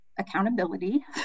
accountability